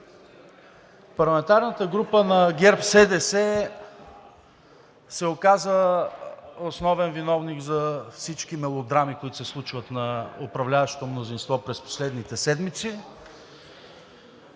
Парламентарната група на ГЕРБ СДС се оказа основен виновник за всички мелодрами, които се случват на управляващото мнозинство през последните седмици.